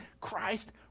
Christ